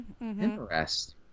interest